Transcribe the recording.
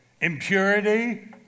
impurity